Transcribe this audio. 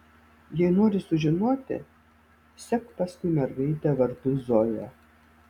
jei nori sužinoti sek paskui mergaitę vardu zoja